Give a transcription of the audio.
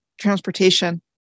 transportation